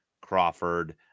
Crawford